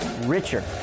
richer